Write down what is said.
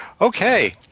Okay